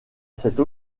cette